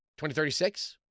2036